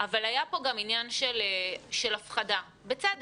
אבל היה כאן גם עניין של הפחדה, בצדק.